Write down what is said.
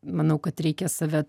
manau kad reikia save